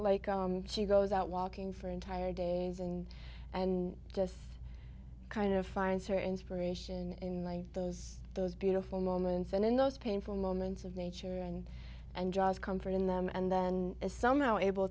like she goes out walking for entire days and and just kind of finds her inspiration and i those those beautiful moments and in those painful moments of nature and and just comfort in them and then is somehow able